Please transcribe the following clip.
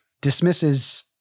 dismisses